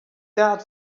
that